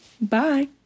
Bye